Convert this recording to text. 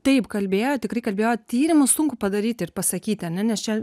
taip kalbėjo tikrai kalbėjo tyrimus sunku padaryti ir pasakyti ar ne nes čia